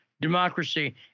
democracy